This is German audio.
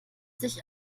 sich